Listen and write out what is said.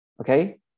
okay